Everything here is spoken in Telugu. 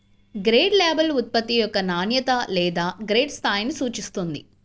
గ్రేడ్ లేబుల్ ఉత్పత్తి యొక్క నాణ్యత లేదా గ్రేడ్ స్థాయిని సూచిస్తుంది